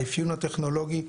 האפיון הטכנולוגי,